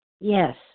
Yes